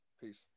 Peace